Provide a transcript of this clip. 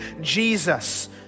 Jesus